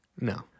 No